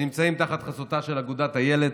שנמצאים תחת חסותה של אגודת איל"ת.